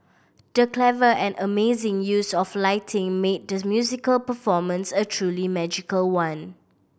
the clever and amazing use of lighting made the musical performance a truly magical one